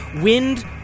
wind